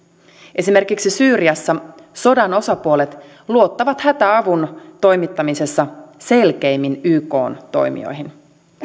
esimerkiksi syyriassa sodan osapuolet luottavat hätäavun toimittamisessa selkeimmin ykn toimijoihin